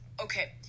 Okay